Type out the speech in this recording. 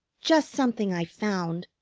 just something i found.